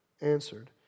answered